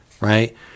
right